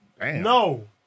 No